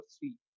three